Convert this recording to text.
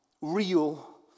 real